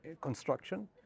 construction